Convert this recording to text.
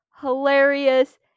hilarious